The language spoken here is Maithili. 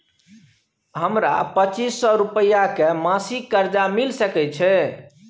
हमरा पच्चीस सौ रुपिया के मासिक कर्जा मिल सकै छै?